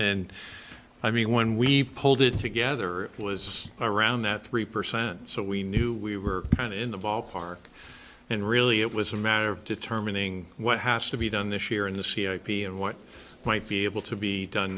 and i mean when we pulled it together it was around that three percent so we knew we were right in the ballpark and really it was a matter of determining what has to be done this year in the c h p and what might be able to be done